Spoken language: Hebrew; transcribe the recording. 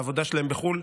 העבודה שלהם בחו"ל,